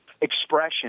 expression